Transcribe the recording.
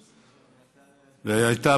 ואתה,